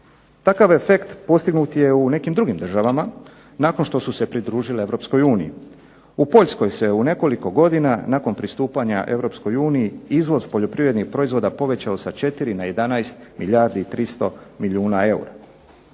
Takav efekt postignut je u nekim drugim državama, nakon što su se pridružile Europskoj uniji. U Poljskoj se u nekoliko godina nakon pristupanja Europskoj uniji izvoz poljoprivrednih proizvoda povećao sa 4 na 11 milijardi i 300 milijuna eura.